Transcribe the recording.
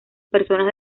personas